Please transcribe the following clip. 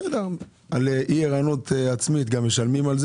על אי-ערנות עצמית משלמים.